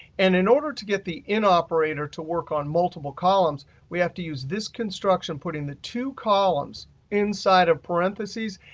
and in order to get the in operator to work on multiple columns, we have to use this construction putting the two columns inside of parentheses,